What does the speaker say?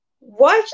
Watch